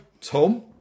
Tom